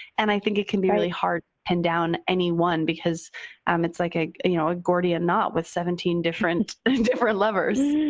and i think it can be really hard to pin down any one because um it's like a you know gordian knot with seventeen different different levers.